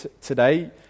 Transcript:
today